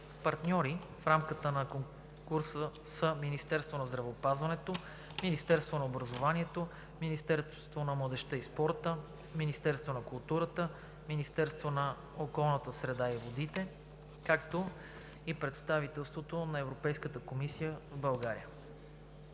Партньори в рамката на конкурса са Министерството на здравеопазването, Министерството на образованието, Министерството на младежта и спорта, Министерството на културата, Министерството на околната среда и водите, както и представителството на Европейската комисия в България.